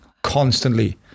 Constantly